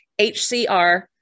HCR